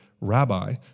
rabbi